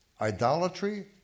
idolatry